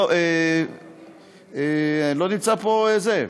לא נמצא פה, מי?